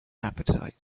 appetite